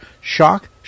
shock